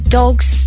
dogs